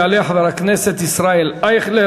יעלה חבר הכנסת ישראל אייכלר,